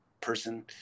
person